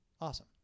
Awesome